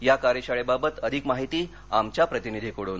या कार्यशाळेबाबत अधिक माहिती आमच्या प्रतिनिधीकडुन